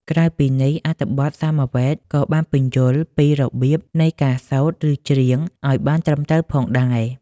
ក្រៅពីនេះ អត្ថបទក្នុងសាមវេទក៏បានពន្យល់ពីរបៀបនៃការសូត្រ ឬច្រៀងឱ្យបានត្រឹមត្រូវផងដែរ។